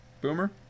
Boomer